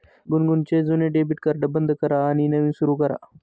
गुनगुनचे जुने debit card बंद करा आणि नवीन सुरू करा